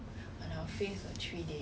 要当兵 got this